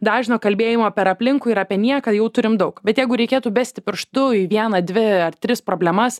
dažno kalbėjimo per aplinkui ir apie nieką jau turim daug bet jeigu reikėtų besti pirštu į vieną dvi ar tris problemas